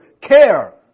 care